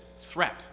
threat